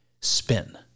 spin